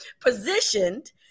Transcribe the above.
positioned